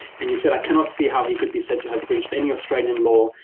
and you said i cannot see how he could be said to have breached any australian law,